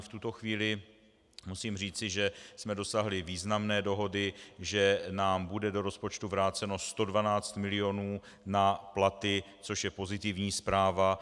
V tuto chvíli musím říci, že jsme dosáhli významné dohody, že nám bude do rozpočtu vráceno 112 mil. na platy, což je pozitivní zpráva.